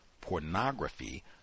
pornography